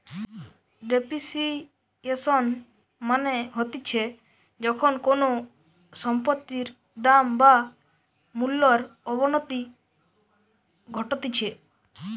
depreciation মানে হতিছে যখন কোনো সম্পত্তির দাম বা মূল্যর অবনতি ঘটতিছে